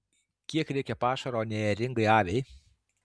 kiek reikia pašaro neėringai aviai